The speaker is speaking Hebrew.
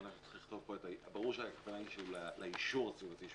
ברור שהכוונה היא לאישור הסביבתי,